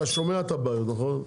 האוצר, אתה שומע את הבעיות, נכון?